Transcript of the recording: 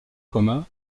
coma